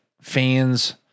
fans